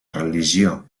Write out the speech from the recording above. religió